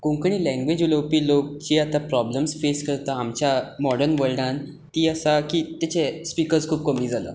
Konkani language उलोवपी लोक जे आतां प्रोबलेम्स फेस करता आमच्या मॉडन वर्ल्डान ती आसा की तिचे स्पिकर्स खूब कमी जाला